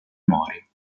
mori